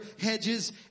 hedges